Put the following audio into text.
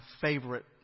favorite